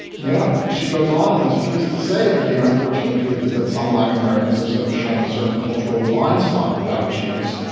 now she goes on in this piece to say that the unfortunate truth is that some black americans have so shown a certain cultural blindspot about jews.